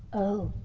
oh,